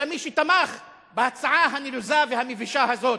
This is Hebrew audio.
אלא מי שתמך בהצעה הנלוזה והמבישה הזאת.